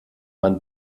man